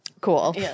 Cool